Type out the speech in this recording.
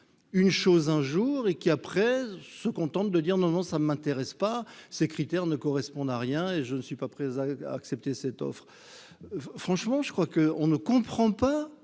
une chose un jour et qui, après, il se contente de dire non, non, ça m'intéresse pas, ces critères ne correspondent à rien et je ne suis pas prêt à accepter cette offre, franchement, je crois que on ne comprend pas